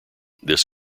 this